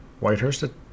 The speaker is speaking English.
Whitehurst